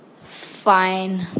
Fine